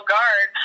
Guard